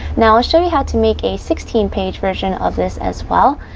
now, i'll show you how to make a sixteen page version of this, as well.